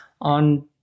on